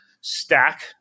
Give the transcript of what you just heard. stack